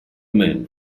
man